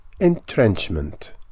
entrenchment